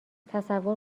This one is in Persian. تصور